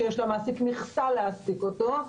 כשיש למעסיק מכסה להעסיק אותו,